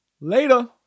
Later